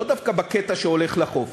לא דווקא בקטע שהולך לחוף.